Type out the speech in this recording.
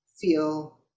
feel